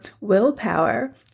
willpower